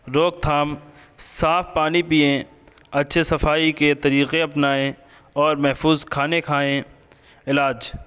روک تھام صاف پانی پئیں اچھے صفائی کے طریقے اپنائیں اور محفوظ کھانے کھائیں علاج